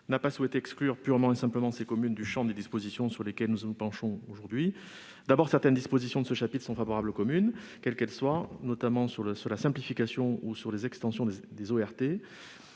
n'a pas souhaité exclure purement et simplement ces communes du champ des dispositions sur lesquelles nous nous penchons aujourd'hui. D'abord, certaines dispositions de ce chapitre sont favorables aux communes, quelles qu'elles soient, notamment celles concernant la simplification ou les extensions des ORT.